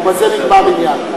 ובזה נגמר העניין.